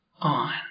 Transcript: on